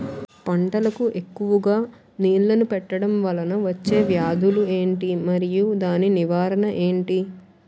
పంటలకు ఎక్కువుగా నీళ్లను పెట్టడం వలన వచ్చే వ్యాధులు ఏంటి? మరియు దాని నివారణ ఏంటి?